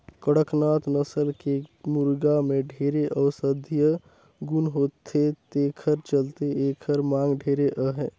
कड़कनाथ नसल के मुरगा में ढेरे औसधीय गुन होथे तेखर चलते एखर मांग ढेरे अहे